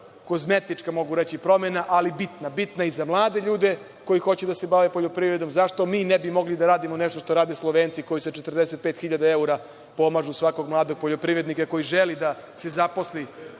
kozmetička promena, ali bitna. Bitna i za mlade ljude koji hoće da se bave poljoprivredom, zašto mi ne bi mogli da radimo nešto što rade Slovenci koji sa 45.000 evra pomažu svakog mladog poljoprivrednika koji želi da se zaposli